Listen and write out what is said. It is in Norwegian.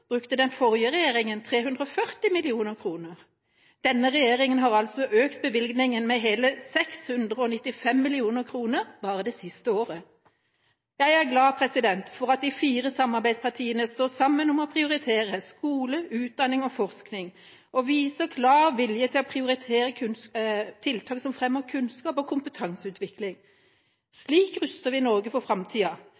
brukte den forrige regjeringa 340 mill. kr. Denne regjeringa har altså økt bevilgningen med hele 695 mill. kr bare det siste året. Jeg er glad for at de fire samarbeidspartiene står sammen om å prioritere skole, utdanning og forskning og viser klar vilje til å prioritere tiltak som fremmer kunnskap og kompetanseutvikling.